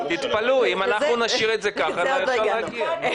תתפלאו, אם אנחנו נשאיר את זה ככה עוד אפשר להגיע.